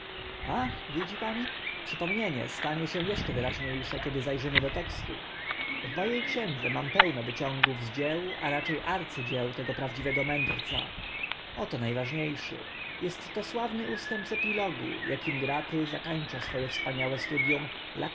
widzi pani przypomnienie stanie się eszcze wyraźnie sze kiedy za rzymy do tekstu w mo e księdze mam pełno wyciągów z dzieł a racze arcydzieł tego prawdziwego mędrca oto na ważnie szy est to sławny ustęp z epilogu akim gratry zakańcza swo e wspaniałe studium